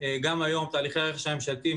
גם היום תהליכי הרכש הממשלתי,